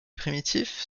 primitifs